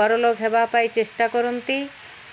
ବଡ଼ ଲୋକ ହେବା ପାଇଁ ଚେଷ୍ଟା କରନ୍ତି